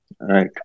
Right